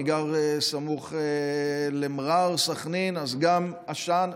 אני גר סמוך למע'אר, סח'נין, אז גם עשן.